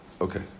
Okay